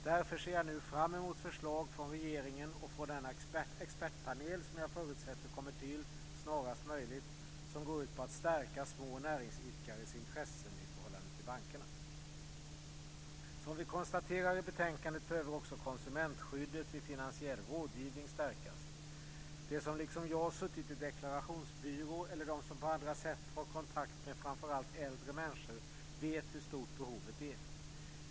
Därför ser jag nu fram emot förslag från regeringen och från den expertpanel som jag förutsätter kommer till snarast möjligt som går ut på att stärka små näringsidkares intressen i förhållande till bankerna. Som vi konstaterar i betänkandet behöver också konsumentskyddet vid finansiell rådgivning stärkas. De som liksom jag suttit i deklarationsbyrå eller de som på andra sätt har kontakt med framför allt äldre människor vet hur stort behovet är.